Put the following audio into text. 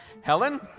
Helen